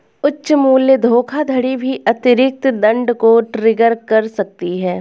उच्च मूल्य धोखाधड़ी भी अतिरिक्त दंड को ट्रिगर कर सकती है